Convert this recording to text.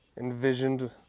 envisioned